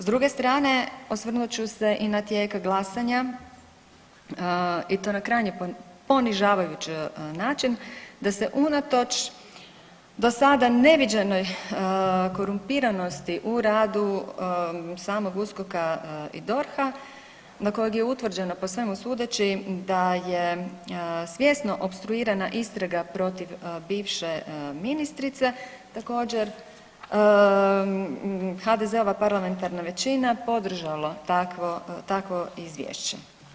S druge strane osvrnut ću se i na tijek glasanja i to na krajnje ponižavajuć način da se unatoč do sada neviđenoj korumpiranosti u radu samog USKOK-a i DORH-a na kojeg je utvrđeno po svemu sudeći da je svjesno opstruirana istraga protiv bivše ministrice, također HDZ-ova parlamentarna većina podržalo takvo izvješće.